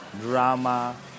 drama